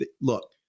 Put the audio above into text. look